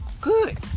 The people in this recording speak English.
Good